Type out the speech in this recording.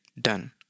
done